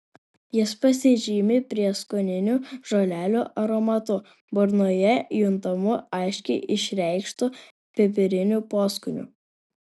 jis pasižymi prieskoninių žolelių aromatu burnoje juntamu aiškiai išreikštu pipiriniu poskoniu